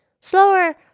Slower